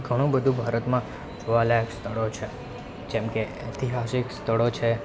ઘણું બધું ભારતમાં જોવાલાયક સ્થળો છે જેમકે ઐતિહાસિક સ્થળો છે